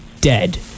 dead